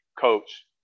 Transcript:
coach